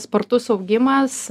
spartus augimas